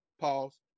pause